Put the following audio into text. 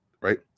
right